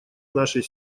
нашей